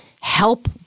help